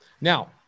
Now